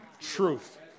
truth